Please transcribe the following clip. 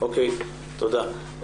אוקיי, תודה.